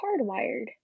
hardwired